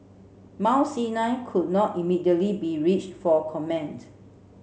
Mount Sinai could not immediately be reached for comment